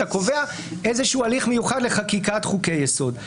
קובע איזה שהוא הליך מיוחד לחקיקת חוקי יסוד.